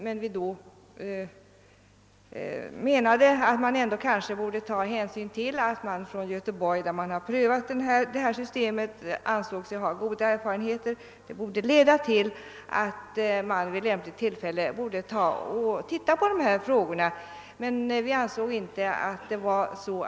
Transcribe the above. Utskottet menade emellertid då att man kanske ändå borde ta hänsyn till det faktum att polismästaren i Göteborg, där systemet tillämpas, ansåg sig ha goda erfarenheter av detsamma.